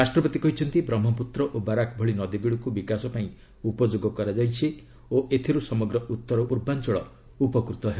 ରାଷ୍ଟ୍ରପତି କହିଛନ୍ତି ବ୍ରହ୍କପୁତ୍ର ଓ ବାରାକ୍ ଭଳି ନଦୀଗୁଡ଼ିକୁ ବିକାଶ ପାଇଁ ଉପଯୋଗ କରାଯାଇଛି ଓ ଏଥିରୁ ସମଗ୍ର ଉତ୍ତର୍ବାଞ୍ଚଳ ଉପକୃତ ହେବ